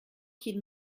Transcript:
qu’il